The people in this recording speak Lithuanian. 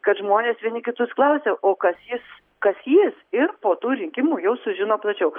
kad žmonės vieni kitus klausė o kas jis kas jis ir po tų rinkimų jau sužino plačiau